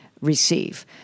receive